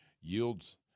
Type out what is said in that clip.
Yields